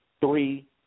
three